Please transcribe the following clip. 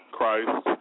Christ